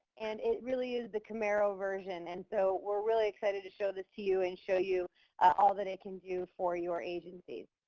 and it really is the camaro version. and so we're really excited to show this to you and show you all that it can do for your agencies.